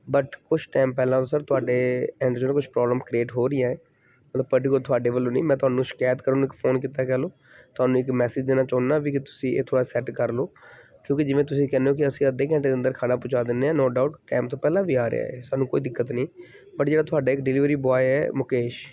but ਕੁਛ time ਪਹਿਲਾਂ sir ਤੁਹਾਡੇ ਕੁਛ ਪ੍ਰੋਬਲਮ ਕਰੇਟ ਹੋ ਰਹੀ ਹੈ ਮਤਲਬ ਪਰਟੀਕੂਲਰ ਤੁਹਾਡੇ ਵੱਲੋਂ ਨਹੀਂ ਮੈਂ ਤੁਹਾਨੂੰ ਸ਼ਿਕਾਇਤ ਕਰਨ ਨੂੰ ਇੱਕ ਫੋਨ ਕੀਤਾ ਕਹਿ ਲਓ ਤੁਹਾਨੂੰ ਇੱਕ ਮੈਸੇਜ ਦੇਣਾ ਚਾਹੁੰਦਾ ਵੀ ਕਿ ਤੁਸੀਂ ਇਹ ਥੋੜਾ ਸੈੱਟ ਕਰ ਲਓ ਕਿਉਂਕਿ ਜਿਵੇਂ ਤੁਸੀਂ ਕਹਿੰਦੇ ਹੋ ਕਿ ਅਸੀਂ ਅੱਧੇ ਘੰਟੇ ਦੇ ਅੰਦਰ ਖਾਣਾ ਪਹੁੰਚਾ ਦਿੰਦੇ ਹਾਂ ਨੋ ਡਾਊਟ ਟਾਈਮ ਤੋਂ ਪਹਿਲਾਂ ਵੀ ਆ ਰਿਹਾ ਸਾਨੂੰ ਕੋਈ ਦਿੱਕਤ ਨਹੀਂ ਬਟ ਜਿਹੜਾ ਤੁਹਾਡੇ ਡਿਲੀਵਰੀ ਬੋਏ ਹੈ ਮੁਕੇਸ਼